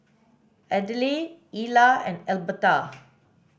Adelle Ila and Alberta